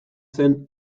zen